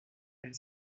elle